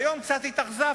היום קצת התאכזבתי.